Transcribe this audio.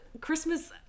Christmas